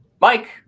Mike